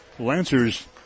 Lancers